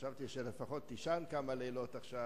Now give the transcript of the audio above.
חשבתי שתישן לפחות כמה לילות עכשיו,